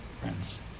Friends